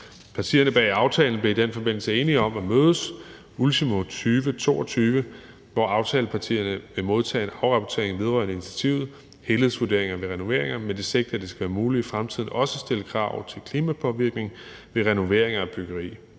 Partierne bag aftalen blev i den forbindelse enige om at mødes ultimo 2022, hvor aftalepartierne vil modtage en afrapportering vedrørende initiativet – helhedsvurderinger ved renoveringer – med det sigte, at det skal være muligt i fremtiden også at stille krav til klimapåvirkning ved renovering af byggeri.